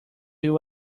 you